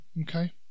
Okay